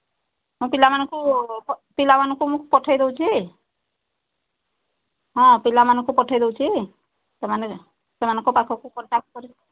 ହଁ ପିଲାମାନଙ୍କୁ ପିଲାମାନଙ୍କୁ ମୁଁ ପଠେଇ ଦଉଛି ହଁ ପିଲାମାନଙ୍କୁ ପଠେଇ ଦେଉଛି ସେମାନେ ସେମାନଙ୍କ